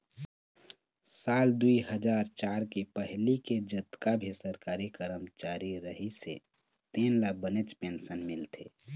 साल दुई हजार चार के पहिली के जतका भी सरकारी करमचारी रहिस हे तेन ल बनेच पेंशन मिलथे